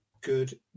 good